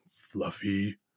fluffy